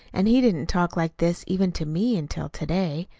and he didn't talk like this even to me until to-day.